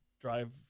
drive